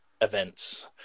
events